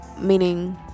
meaning